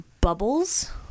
bubbles